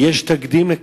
ויש תקדים לכך.